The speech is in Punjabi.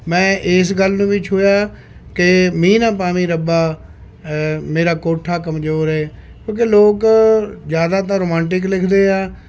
ਮੈਂ ਇਸ ਗੱਲ ਨੂੰ ਵੀ ਛੂਹਿਆ ਕਿ ਮੀਂਹ ਨਾ ਪਾਵੀਂ ਰੱਬਾ ਮੇਰਾ ਕੋਠਾ ਕਮਜ਼ੋਰ ਏ ਕਿਉਂਕਿ ਲੋਕ ਜ਼ਿਆਦਾਤਰ ਰੋਮਾਂਟਿਕ ਲਿਖਦੇ ਆ